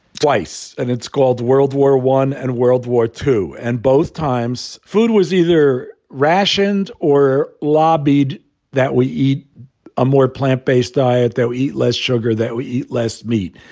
twice. and it's called world war one and world war two. and both times food was either rationed or lobbied that we eat ah more plant based diet, though, eat less sugar, that we eat less meat.